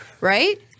Right